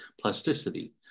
plasticity